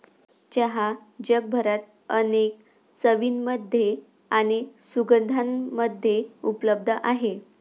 चहा जगभरात अनेक चवींमध्ये आणि सुगंधांमध्ये उपलब्ध आहे